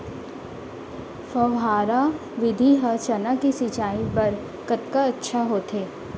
फव्वारा विधि ह चना के सिंचाई बर कतका अच्छा होथे?